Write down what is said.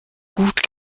gut